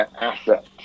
asset